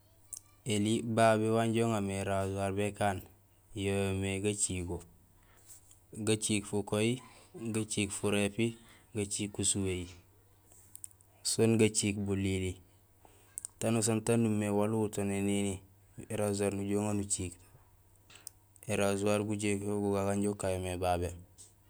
Eli babé wanja uŋa mé é rasoir békaan yo yoomé gacigo; gaciik fukoyi, gaciik furépi gaciik usuwéhi sén gaciik bulili tanusaan taan umimé waal uwuto nénini é rasoir nujuhé uŋa nuciik; é rasoir gujéék yo go gagu.